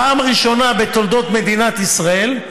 פעם ראשונה בתולדות מדינת ישראל,